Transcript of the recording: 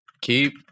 keep